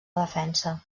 defensa